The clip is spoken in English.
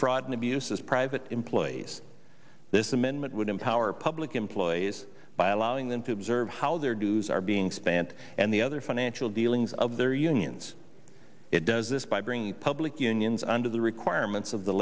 fraud and abuse as private employees this amendment would empower public employees by allowing them to observe how their dues are being spent and the other financial dealings of their unions it does this by bringing public unions under the requirements of the